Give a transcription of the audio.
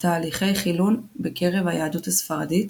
תהליכי חילון בקרב היהדות הספרדית,